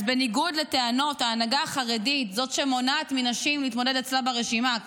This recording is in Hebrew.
אז בניגוד לטענות ההנהגה החרדית זאת שמונעת מנשים להתמודד אצלה ברשימה,